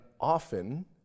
often